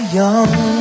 young